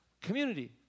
Community